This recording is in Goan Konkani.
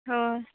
हय